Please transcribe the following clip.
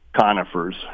conifers